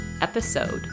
episode